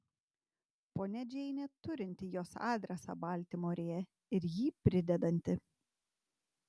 ponia džeinė turinti jos adresą baltimorėje ir jį pridedanti